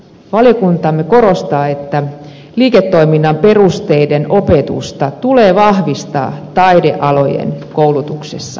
valiokuntamme korostaa että liiketoiminnan perusteiden opetusta tulee vahvistaa taidealojen koulutuksessa